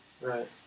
Right